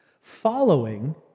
following